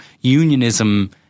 unionism